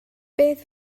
beth